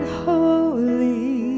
holy